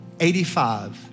85